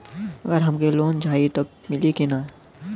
अगर हमके लोन चाही त मिली की ना?